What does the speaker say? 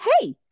hey